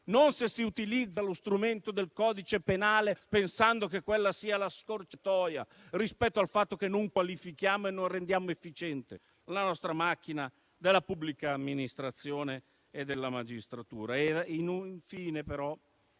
non se si utilizza lo strumento del codice penale pensando che quella sia la scorciatoia rispetto al fatto che non qualifichiamo e non rendiamo efficiente la nostra macchina della pubblica amministrazione e della magistratura.